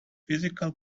physical